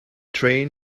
train